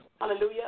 Hallelujah